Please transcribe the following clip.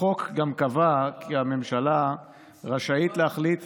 החוק גם קבע כי הממשלה רשאית להחליט